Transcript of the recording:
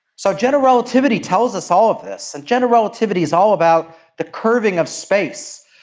so general relativity tells us all of this. general relativity is all about the curving of space.